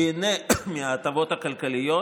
וייהנה מההטבות הכלכליות,